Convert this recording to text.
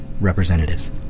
representatives